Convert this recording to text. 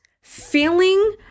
feeling